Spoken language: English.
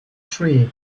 tree